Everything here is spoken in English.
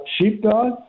sheepdog